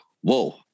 whoa